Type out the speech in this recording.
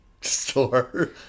store